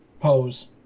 pose